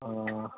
ᱚ